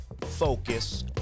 Focus